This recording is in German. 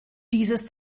dieses